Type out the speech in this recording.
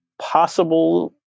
possible